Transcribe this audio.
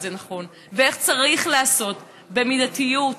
זה נכון ואיך צריך לעשות: במידתיות,